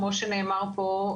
כמו שנאמר פה,